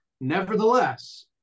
Nevertheless